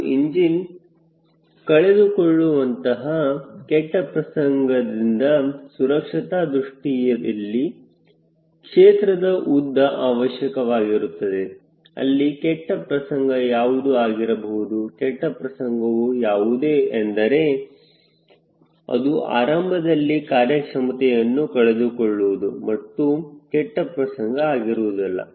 ಒಂದು ಇಂಜಿನ್ ಕಳೆದುಕೊಳ್ಳುವಂತಹ ಕೆಟ್ಟ ಪ್ರಸಂಗದಿಂದ ಸುರಕ್ಷತಾ ದೃಷ್ಟಿಯಲ್ಲಿ ಕ್ಷೇತ್ರದ ಉದ್ದ ಅವಶ್ಯಕವಾಗಿರುತ್ತದೆ ಅಲ್ಲಿ ಕೆಟ್ಟ ಪ್ರಸಂಗ ಯಾವುದು ಆಗಿರಬಹುದು ಕೆಟ್ಟ ಪ್ರಸಂಗವೂ ಯಾವುದು ಎಂದರೆ ಅದು ಆರಂಭದಲ್ಲಿ ಕಾರ್ಯಕ್ಷಮತೆಯನ್ನು ಕಳೆದುಕೊಳ್ಳುವುದು ಅದು ಕೆಟ್ಟ ಪ್ರಸಂಗ ಆಗಿರುವುದಿಲ್ಲ